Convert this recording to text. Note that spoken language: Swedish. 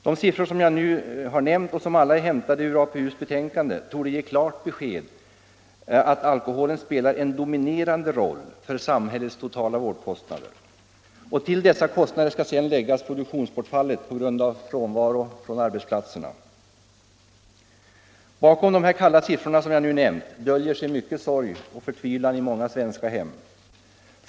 De siffror som jag nu har nämnt och som alla är hämtade ur betänkandet från alkoholpolitiska utredningen, APU, torde ge klart besked om att alkoholen spelar en dominerande roll för samhällets totala vårdkostnader. Till dessa kostnader skall sedan läggas produktionsbortfallet på grund av frånvaro från arbetsplatserna. Bakom dessa kalla siffror döljer sig mycken sorg och förtvivlan i många svenska hem.